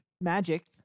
magic